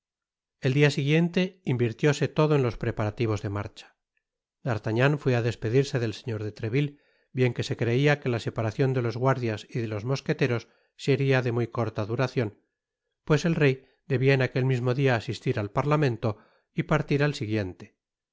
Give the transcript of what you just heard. el dia siguiente invirtióse todo en los preparativos de marcha d'artagnan fué á despedirse del señor de trevihe bien que se creia que la separacion de los guardias y de los mosqueteros seria de muy corta duracion pues el rey debia en aquel mismo dia asistir al parlamento y partir al siguiente